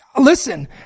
Listen